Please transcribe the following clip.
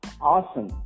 Awesome